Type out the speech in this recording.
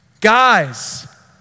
Guys